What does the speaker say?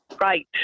right